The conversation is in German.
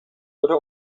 oder